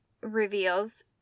reveals